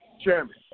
Chairman